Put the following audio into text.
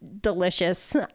delicious